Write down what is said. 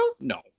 No